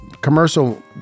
commercial